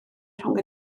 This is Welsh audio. rhwng